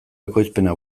ekoizpena